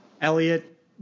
Elliot